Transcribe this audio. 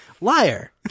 liar